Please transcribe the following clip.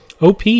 OP